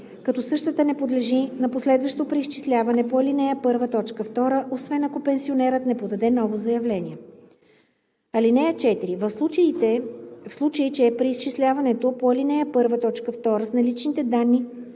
като същата не подлежи на последващо преизчисляване по ал. 1, т. 2, освен ако пенсионерът не подаде ново заявление. (4) В случай че преизчисляването по ал. 1, т. 2 с наличните данни